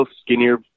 skinnier